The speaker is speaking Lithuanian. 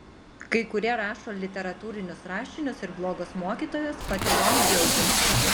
kai kurie rašo literatūrinius rašinius ir blogos mokytojos patylom džiaugiasi